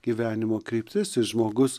gyvenimo kryptis ir žmogus